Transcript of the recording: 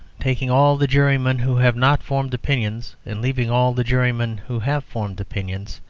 taking all the jurymen who have not formed opinions and leaving all the jurymen who have formed opinions,